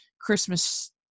Christmas